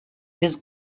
his